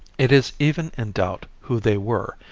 it is even in doubt who they were,